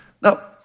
Now